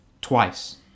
Twice